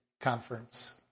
conference